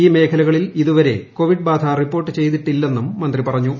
ഈ മേഖലകളിൽ ഇതുവരെ കോവിഡ് ബാധ റിപ്പോർട്ട് ചെയ്തിട്ടില്ലെന്നും മന്ത്രി പറഞ്ഞു